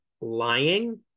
lying